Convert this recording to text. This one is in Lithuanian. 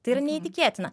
tai yra neįtikėtina